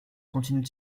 continuent